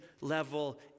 level